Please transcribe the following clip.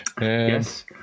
Yes